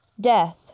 Death